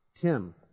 Tim